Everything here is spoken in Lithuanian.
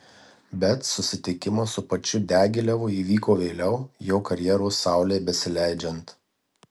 bet susitikimas su pačiu diagilevu įvyko vėliau jo karjeros saulei besileidžiant